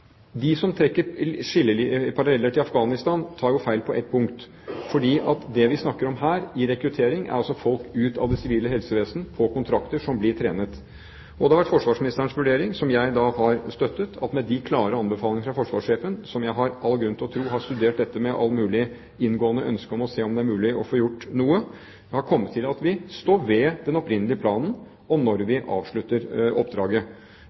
De som trekker paralleller til Afghanistan, tar feil på ett punkt. For det vi snakker om her, rekruttering, er altså folk i det sivile helsevesen på kontrakter, og som blir trenet. Det har vært forsvarsministerens vurdering, som jeg har støttet, at vi med de klare anbefalingene fra forsvarssjefen, som jeg har all grunn til å tro har studert dette med et inngående ønske om å se om det er mulig å få gjort noe, har kommet til at vi står ved den opprinnelige planen for når vi avslutter oppdraget.